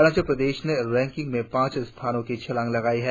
अरुणाचल प्रदेश ने रैंकिंग में पाच स्थानो की छलांग लगाई है